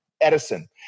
Edison